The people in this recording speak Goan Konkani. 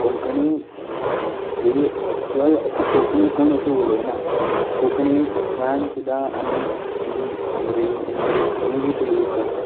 कोंकणी ही एक्चुअल अशी कोंकणी कोण अशी उलयना कोंकणी शब्दान सुद्दा आमी इंग अंग्रेजी इंग्र इंग्लीश यूज करता